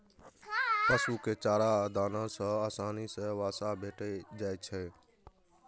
पशु कें चारा आ दाना सं आसानी सं वसा भेटि जाइ छै